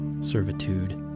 servitude